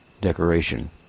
decoration